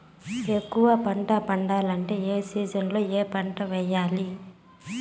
ఎక్కువగా పంట పండాలంటే ఏ సీజన్లలో ఏ పంట వేయాలి